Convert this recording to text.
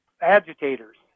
agitators